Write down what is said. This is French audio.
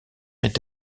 est